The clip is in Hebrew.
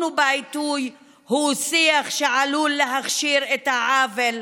ובעיתוי הוא שיח שעלול להכשיר את העוול,